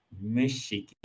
Michigan